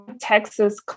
Texas